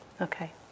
Okay